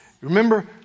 remember